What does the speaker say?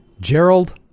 Gerald